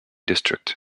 district